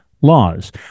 laws